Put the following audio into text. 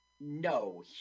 No